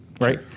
Right